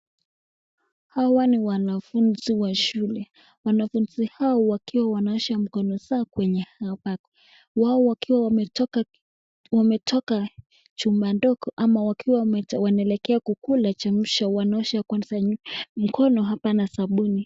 Hawa ni wanafunzi wa shule, wanafunzi hawa wakiwa wanaosha mikono zao kwenye hapa, wao wakiwa wametoka chumba ndogo ama wakiwa wanaelekea kukula chamcha ndo wanaosha mkono hapa kwanza na sabuni.